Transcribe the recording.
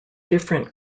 different